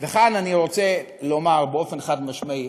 וכאן אני רוצה לומר באופן חד-משמעי: